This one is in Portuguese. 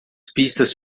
pistas